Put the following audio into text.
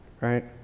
right